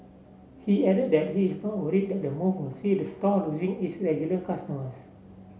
he added that he is not worried that the move will see the store losing its regular customers